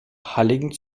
halligen